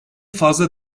fazla